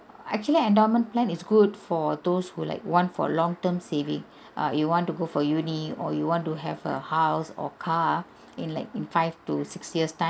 actually endowment plan is good for those who like want for long term savings uh if you want to go for uni or you want to have a house or car in like in five to six years time